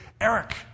Eric